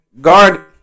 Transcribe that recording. guard